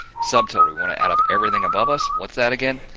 subtotal. we want to add up everything above us. what's that again?